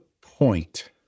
point